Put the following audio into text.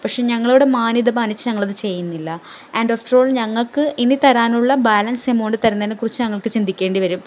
പക്ഷെ ഞങ്ങളുടെ മാന്യത പാലിച്ച് ഞങ്ങൾ അത് ചെയ്യുന്നില്ല ആൻഡ് ആഫ്റ്റർ ഓൾ ഞങ്ങൾക്ക് ഇനി തരാനുള്ള ബാലൻസ് എമൗണ്ട് തരുന്നതിനെ കുറിച്ച് ഞങ്ങൾക്ക് ചിന്തിക്കേണ്ടി വരും